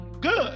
good